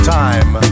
time